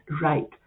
right